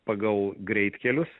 pagal greitkelius